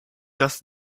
das